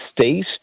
state